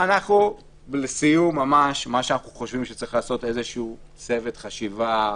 אנחנו חושבים שצריך להקים איזשהו צוות חשיבה,